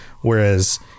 whereas